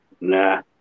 nah